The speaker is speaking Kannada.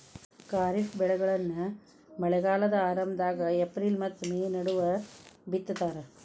ಖಾರಿಫ್ ಬೆಳೆಗಳನ್ನ ಮಳೆಗಾಲದ ಆರಂಭದಾಗ ಏಪ್ರಿಲ್ ಮತ್ತ ಮೇ ನಡುವ ಬಿತ್ತತಾರ